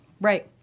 right